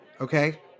Okay